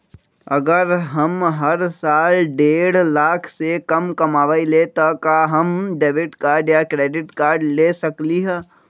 अगर हम हर साल डेढ़ लाख से कम कमावईले त का हम डेबिट कार्ड या क्रेडिट कार्ड ले सकली ह?